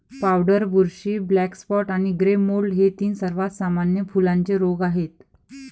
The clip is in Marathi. पावडर बुरशी, ब्लॅक स्पॉट आणि ग्रे मोल्ड हे तीन सर्वात सामान्य फुलांचे रोग आहेत